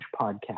podcast